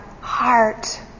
heart